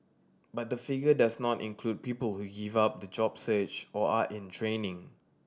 but the figure does not include people who give up the job or are in training